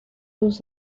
sus